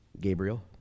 Gabriel